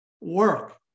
work